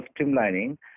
streamlining